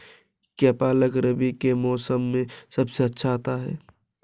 क्या पालक रबी के मौसम में सबसे अच्छा आता है?